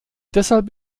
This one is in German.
deshalb